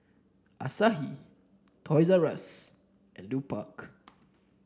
Asahi Toys R Us and Lupark